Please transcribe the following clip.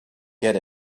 get